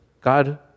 God